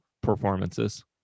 performances